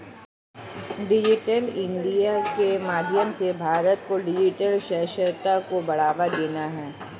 digital India के माध्यम से भारत को डिजिटल साक्षरता को बढ़ावा देना है